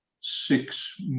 six